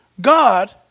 God